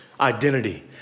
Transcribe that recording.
identity